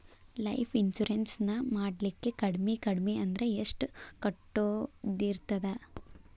Life insurance ನ ಮಾಡ್ಲಿಕ್ಕೆ ಕಡ್ಮಿ ಕಡ್ಮಿ ಅಂದ್ರ ಎಷ್ಟ್ ಕಟ್ಟೊದಿರ್ತದ?